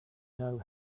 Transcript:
know